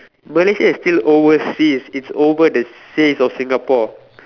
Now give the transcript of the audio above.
Malaysia is still overseas it's over the sea of Singapore